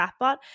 chatbot